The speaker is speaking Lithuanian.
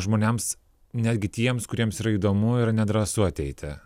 žmonėms netgi tiems kuriems yra įdomu yra nedrąsu ateiti